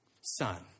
son